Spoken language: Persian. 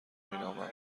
مینامم